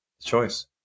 choice